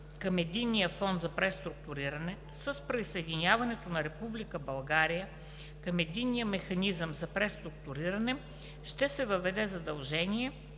към Единния фонд за преструктуриране, с присъединяването на Република България към Единния механизъм за преструктуриране ще се въведе задължение